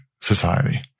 society